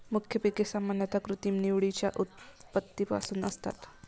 मुख्य पिके सामान्यतः कृत्रिम निवडीच्या उत्पत्तीपासून असतात